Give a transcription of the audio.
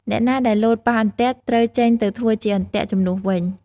អ្នកណាដែលលោតប៉ះអន្ទាក់ ត្រូវចេញទៅធ្វើជាអន្ទាក់ជំនួសវិញ ។